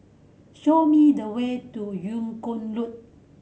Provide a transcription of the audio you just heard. show me the way to Yung Kuang Road